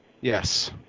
Yes